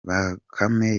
bakame